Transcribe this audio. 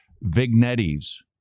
vignettes